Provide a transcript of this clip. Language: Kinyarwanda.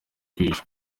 kwihisha